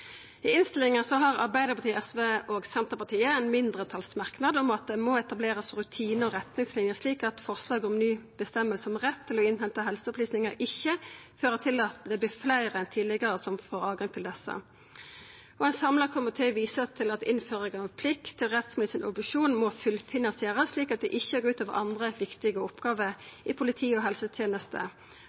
I innstillinga har Arbeidarpartiet, SV og Senterpartiet ein mindretalsmerknad om at det må etablerast rutinar og retningslinjer slik at forslaget om ny føresegn om rett til å innhenta helseopplysningar ikkje fører til at fleire enn tidlegare får tilgang til desse. Ein samla komité viser til at innføringa av ei plikt til rettsmedisinsk obduksjon må fullfinansierast, slik at det ikkje går ut over andre viktige oppgåver i politi- og